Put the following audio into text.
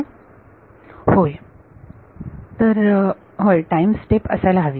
विद्यार्थी होय तर होय टाईम स्टेप असायला हवी